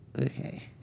okay